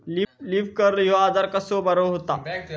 Leaf curl ह्यो आजार कसो बरो व्हता?